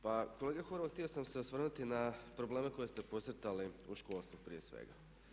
Pa kolega Horvat htio sam se osvrnuti na probleme koje ste podcrtali u školstvu prije svega.